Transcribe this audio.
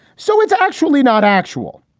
so it's actually not actual.